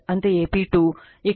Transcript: ಅಂತೆಯೇ P2 VL √ cosine 30 o